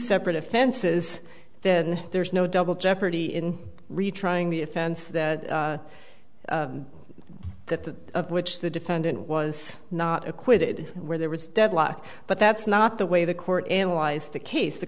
separate offenses then there is no double jeopardy in retrying the offense that that the of which the defendant was not acquitted where there was deadlock but that's not the way the court analyzed the case t